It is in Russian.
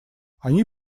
они